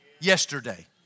yesterday